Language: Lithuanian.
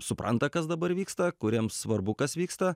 supranta kas dabar vyksta kuriems svarbu kas vyksta